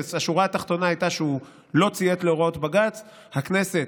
השורה התחתונה הייתה שהוא לא ציית להוראות בג"ץ והכנסת,